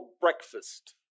breakfast